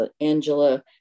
Angela